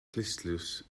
clustdlws